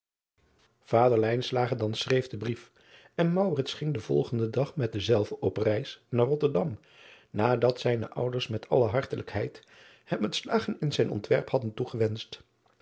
ader dan schreef den brief en ging den volgenden dag met denzelven op reis naar otterdam nadat zijne ouders met alle hartelijkheid hem het slagen in zijn ontwerp hadden toegewenscht